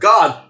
God